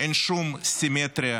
אין שום סימטריה